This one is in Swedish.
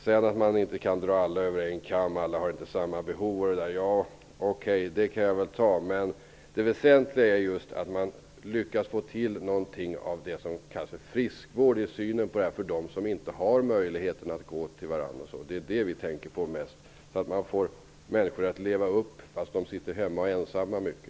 Man kan inte dra alla över en kam, alla har inte samma behov osv. -- okej, det kan jag väl ta. Men det väsentliga är just att man lyckas få fram någonting av det som kallas för friskvård i synen på telekommunikationer för dem som inte har möjlighet att gå till varandra. Det är detta vi tänker på mest, att människor kan fås att leva upp fast de sitter hemma ensamma mycket.